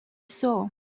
saw